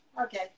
okay